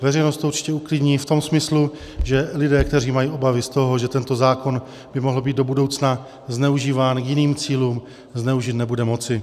Veřejnost to určitě uklidní v tom smyslu, že lidé, kteří mají obavy z toho, že tento zákon by mohl být do budoucna zneužíván k jiným cílům, zneužit nebude moci.